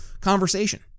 conversation